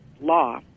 law